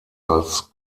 als